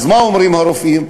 אז מה אומרים הרופאים?